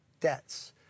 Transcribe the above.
debts